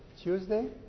Tuesday